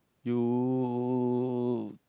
you~